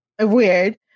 Weird